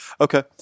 Okay